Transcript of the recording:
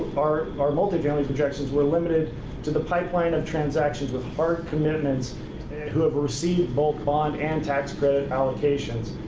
our our multifamily projections were limited to the pipeline of transactions with hard commitments who have received bulk bond and tax credit allocations.